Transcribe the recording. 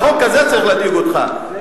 החוק הזה צריך להדאיג אותך,